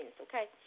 okay